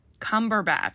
Cumberbatch